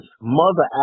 mother